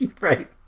Right